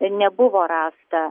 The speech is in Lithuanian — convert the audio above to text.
nebuvo rasta